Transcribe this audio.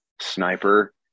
sniper